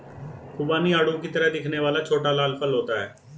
खुबानी आड़ू की तरह दिखने वाला छोटा लाल फल होता है